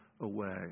away